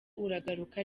uragaruka